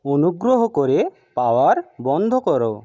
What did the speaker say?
অনুগ্রহ করে পাওয়ার বন্ধ করো